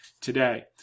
today